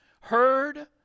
heard